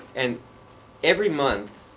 and every month,